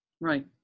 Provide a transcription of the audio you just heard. Right